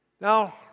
Now